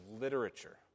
literature